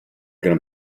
gran